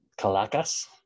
Calacas